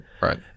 right